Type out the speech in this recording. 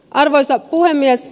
arvoisa puhemies